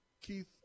Keith